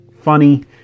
funny